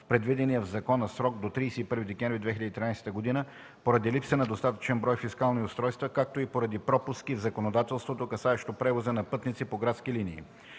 предвидения в закона срок до 31 декември 2013 г. поради липса на достатъчен брой фискални устройства, както и поради пропуски в законодателството, касаещо превоза на пътници по градски линии.